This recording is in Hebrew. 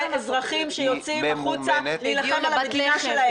אזרחים שיוצאים החוצה להילחם על המדינה שלהם.